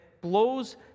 blows